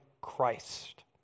Christ